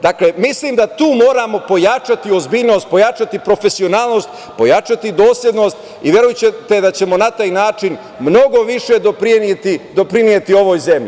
Dakle, mislim da tu moramo pojačati ozbiljnost, pojačati profesionalnost, pojačati doslednost i verujte da ćemo na taj način mnogo više doprineti ovoj zemlji.